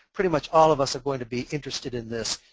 pretty much all of us are going to be interested in this.